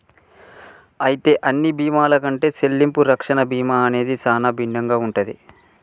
అయితే అన్ని బీమాల కంటే సెల్లింపు రక్షణ బీమా అనేది సానా భిన్నంగా ఉంటది